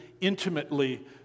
intimately